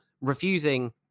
refusing